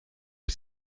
bis